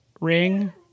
ring